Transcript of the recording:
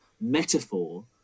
metaphor